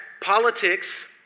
politics